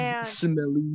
Smelly